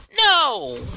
No